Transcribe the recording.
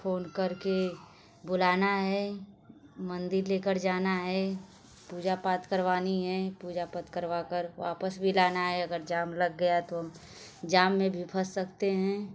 phone करके बुलाना है मन्दिर लेकर जाना है पूजा पाठ करवानी है पूजा पाठ करवाकर वापस भी लाना है अगर जाम लग गया तो जाम में भी फंस सकते हैं